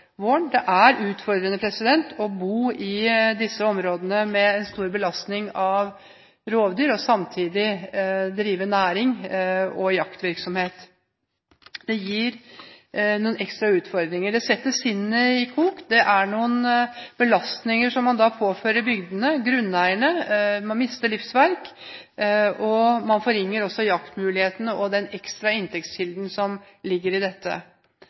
utfordrende å bo i disse områdene med en stor belastning av rovdyr og samtidig drive næring og jaktvirksomhet. Det gir noen ekstra utfordringer. Det setter sinnene i kok. Det er belastninger som man påfører bygdene og grunneierne. Man mister livsverk, og man forringer også jaktmulighetene og den ekstra inntektskilden som ligger i dette.